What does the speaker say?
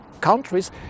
countries